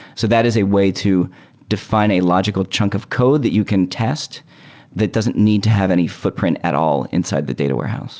so that is a way to defi ne and a logical chunk of code that you can test that doesn't need to have any footprint at all inside the data warehouse